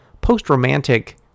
post-romantic